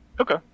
Okay